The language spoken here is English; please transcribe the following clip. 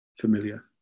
familiar